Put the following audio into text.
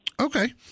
Okay